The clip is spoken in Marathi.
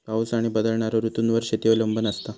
पाऊस आणि बदलणारो ऋतूंवर शेती अवलंबून असता